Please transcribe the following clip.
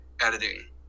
editing